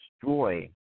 destroy